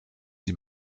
die